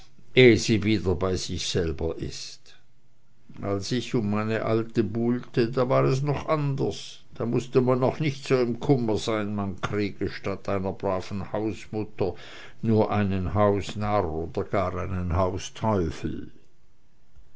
sie wieder bei ihr selber ist als ich um meine alte buhlte da war es noch anders da mußte man noch nicht so im kummer sein man kriege statt einer braven hausmutter nur einen hausnarr oder gar einen